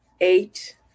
eight